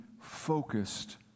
focused